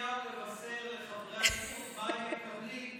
לנתניהו לבשר לחברי הליכוד מה הם מקבלים,